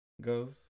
Goes